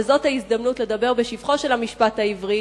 וזאת ההזדמנות לדבר בשבחו של המשפט העברי,